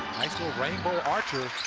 nice little rainbow archer.